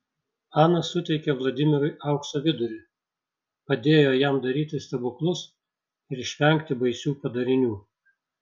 ana suteikė vladimirui aukso vidurį padėjo jam daryti stebuklus ir išvengti baisių padarinių